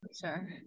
Sure